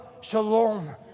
Shalom